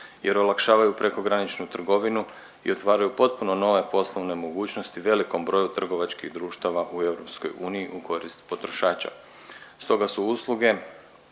jer olakšavaju prekograničnu trgovinu i otvaraju potpuno nove poslovne mogućnosti velikom broju trgovačkih društava u EU u korist potrošača. Stoga su usluge